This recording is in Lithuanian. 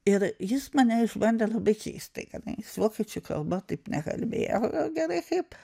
ir jis mane išbandė labai keistai kadangi jis vokiečių kalba taip nekalbėjo gerai kaip